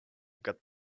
got